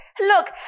Look